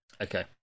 Okay